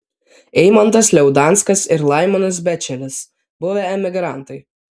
eimantas liaudanskas ir laimonas bečelis buvę emigrantai